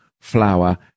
flour